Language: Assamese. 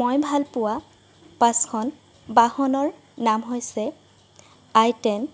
মই ভাল পোৱা পাঁচখন বাহনৰ নাম হৈছে আই টেন